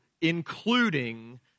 including